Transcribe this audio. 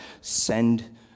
send